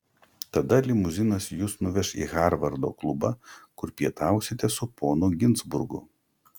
tada limuzinas jus nuveš į harvardo klubą kur pietausite su ponu ginzburgu